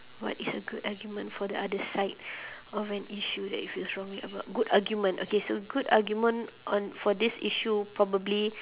what is a good argument for the other side of an issue that you feel strongly about good argument okay so good argument on for this issue probably